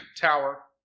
tower